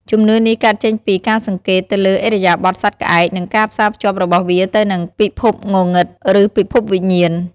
ជំនឿនេះកើតចេញពីការសង្កេតទៅលើឥរិយាបថសត្វក្អែក និងការផ្សារភ្ជាប់របស់វាទៅនឹងពិភពងងឹត ឬពិភពវិញ្ញាណ